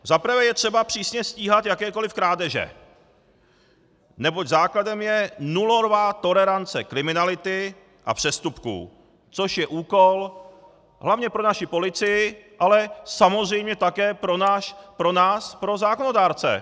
Za prvé je třeba přísně stíhat jakékoliv krádeže, neboť základem je nulová tolerance kriminality a přestupků, což je úkol hlavně pro naši policii, ale samozřejmě také pro nás, pro zákonodárce.